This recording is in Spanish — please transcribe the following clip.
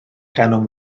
canon